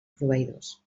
proveïdors